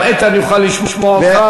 גם איתן יוכל לשמוע אותך,